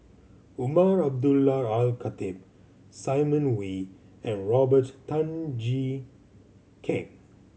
Umar Abdullah Al Khatib Simon Wee and Robert Tan Jee Keng